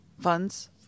funds